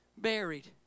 buried